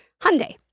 Hyundai